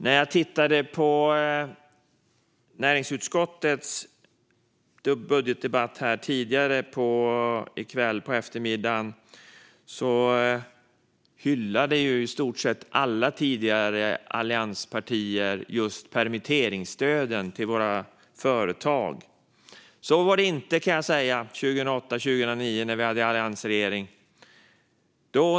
När jag tittade på näringsutskottets budgetdebatt tidigare under eftermiddagen hyllade i stort sett alla tidigare allianspartier just permitteringsstöden till våra företag. Så var det inte 2008-2009 under alliansregeringen.